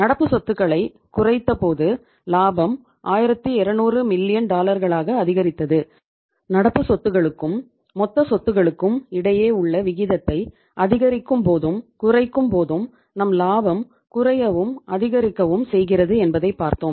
நடப்பு சொத்துக்களுக்கும் மொத்த சொத்துக்களுக்கும் இடையே உள்ள விகிதத்தை அதிகரிக்கும் போதும் குறைக்கும் போதும் நம் லாபம் குறையவும் அதிகரிக்கவும் செய்கிறது என்பதை பார்த்தோம்